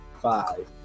five